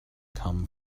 come